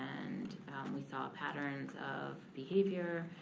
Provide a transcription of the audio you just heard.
and we saw patterns of behavior.